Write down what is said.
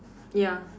ya